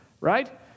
Right